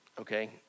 Okay